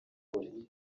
kure